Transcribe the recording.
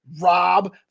rob